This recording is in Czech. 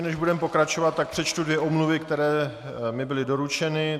Než budeme pokračovat, tak přečtu dvě omluvy, které mi byly doručeny.